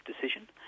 decision